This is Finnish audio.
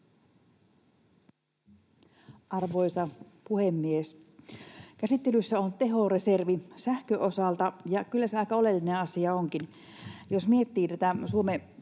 Arvoisa puhemies! Käsittelyssä on tehoreservi sähkön osalta, ja kyllä se aika oleellinen asia onkin.